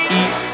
eat